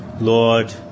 Lord